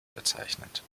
bezeichnet